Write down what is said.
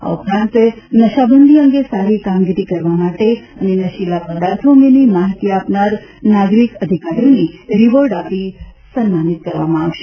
આ ઉપરાંત નશાબંધી અંગે સારી કામગીરી કરવા માટે અને નશીલા પદાર્થો અંગેની માહિતી આપનાર નાગરિક અધિકારીઓને રિવોર્ડ આપી સન્માનિત કરવામાં આવશે